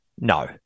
No